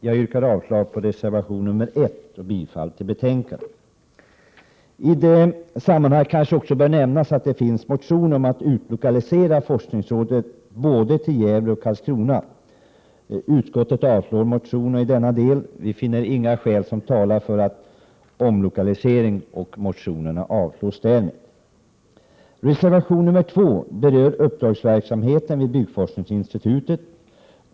Jag yrkar avslag på reservation 1. I sammanhanget bör kanske nämnas att det också finns motioner om att byggforskningsrådet skall utlokaliseras till Gävle resp. Karlskrona. Utskottet avstyrker motionerna i den delen. Vi finner inga skäl som talar för en omlokalisering. Reservation nr 2 berör uppdragsverksamheten vid byggforskningsinstitutet.